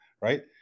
right